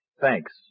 Thanks